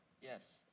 Yes